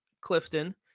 Clifton